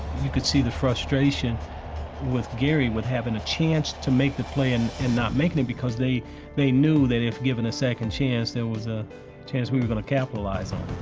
you could see the frustration with gary with having a chance to make the play and and not making it because they they knew that if given a second chance, there was a chance we were going to capitalize on